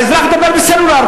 האזרח מדבר בסלולר.